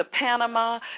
Panama